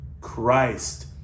Christ